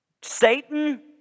Satan